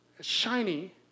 shiny